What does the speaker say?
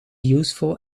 useful